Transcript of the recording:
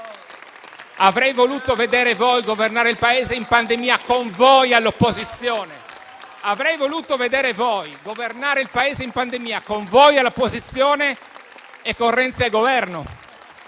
Avrei voluto vedere voi governare il Paese in pandemia con voi all'opposizione e con Renzi al Governo.